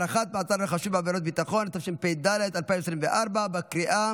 נעבור להצבעה בקריאה